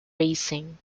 raising